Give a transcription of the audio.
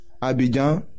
abidjan